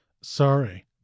sorry